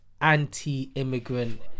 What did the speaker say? anti-immigrant